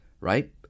right